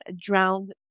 drowned